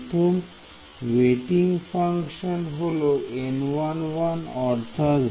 প্রথম ওয়েটিম ফাংশন হল অর্থাৎ